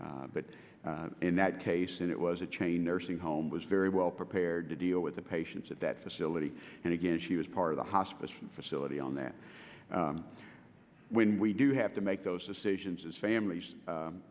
t in that case and it was a chain nursing home was very well prepared to deal with the patients at that facility and again she was part of the hospice facility on that when we do have to make those decisions as families